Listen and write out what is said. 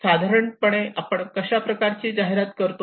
साधारणपणे आपण अशा प्रकारची जाहिरात करतो